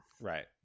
Right